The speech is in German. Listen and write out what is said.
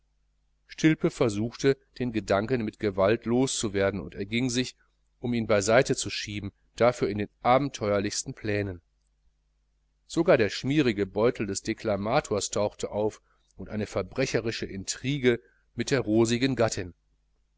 stilpe versuchte den gedanken mit gewalt loszuwerden und erging sich um ihn beiseite zu schieben dafür in den abenteuerlichsten plänen sogar der schmierige beutel des deklamators tauchte auf und eine verbrecherische intrigue mit der rosigen gattin